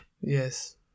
yes